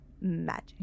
magic